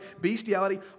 bestiality